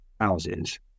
houses